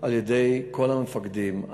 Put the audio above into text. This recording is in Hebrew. על-יד כל המפקדים.